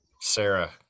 Sarah